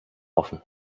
offen